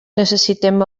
necessitem